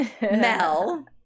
Mel